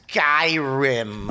Skyrim